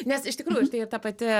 nes iš tikrųjų štai ir ta pati